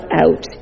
out